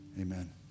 amen